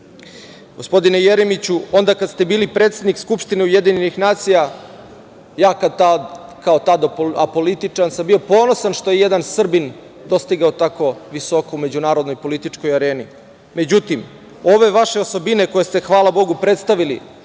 strasti. Gospodine Jeremiću, onda kada ste bili predsednik Skupštine UN, ja kao tada apolitičan sam bio ponosan što je jedan Srbin dostigao tako visoko u međunarodnoj i političkoj areni. Međutim, ove vaše osobine koje ste hvala Bogu predstavili